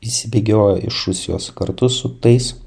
išsibėgiojo iš rusijos kartu su tais